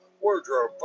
Wardrobe